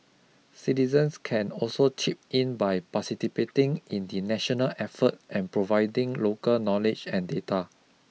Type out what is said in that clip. citizens can also chip in by participating in the national effort and providing local knowledge and data